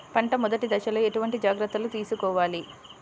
పంట మెదటి దశలో ఎటువంటి జాగ్రత్తలు తీసుకోవాలి?